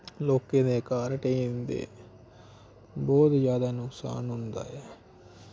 लोकें दे घर ढेही जंदे बौह्त जादा नकसान होंदा ऐ